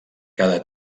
cada